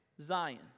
Zion